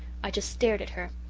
i just stared at her.